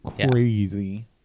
crazy